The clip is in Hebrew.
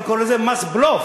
אני קורא לזה מס בלוף,